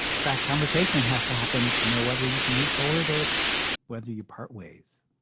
that conversation and has to happen to know whether you can move forward or whether you part ways